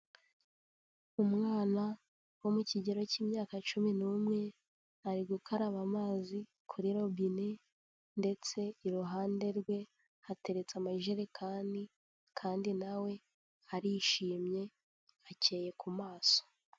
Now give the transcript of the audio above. Umwana wo mu kigero cy'imyaka cumi n'umwe ari gukaraba amazi kuri robine ndetse iruhande rwe hateretse amajerekani kandi na we arishimye akeye ku maso.